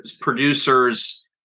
producers